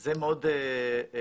זה מאוד בעיה.